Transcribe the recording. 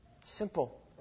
Simple